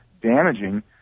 damaging